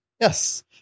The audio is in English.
Yes